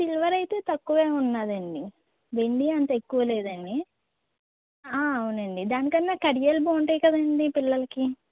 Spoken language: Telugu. సిల్వర్ అయితే తక్కువే ఉన్నాదండి వెండి అంత ఎక్కువ లేదండి అవునండి దానికన్నా కడియాలు బాగుంటాయి కదండి పిల్లలికి